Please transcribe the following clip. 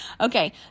Okay